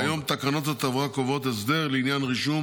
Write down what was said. כיום תקנות התעבורה קובעות הסדר לעניין רישום